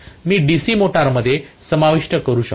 मी DC मोटरमध्ये समाविष्ट करू शकतो